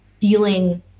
feeling